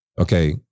Okay